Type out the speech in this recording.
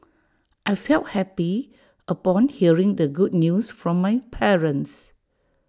I felt happy upon hearing the good news from my parents